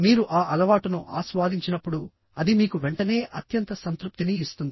మీరు ఆ అలవాటును ఆస్వాదించినప్పుడుఅది మీకు వెంటనే అత్యంత సంతృప్తిని ఇస్తుంది